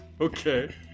Okay